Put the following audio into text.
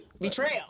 betrayal